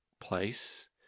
place